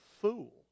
fool